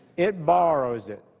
it borrows it.